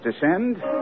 descend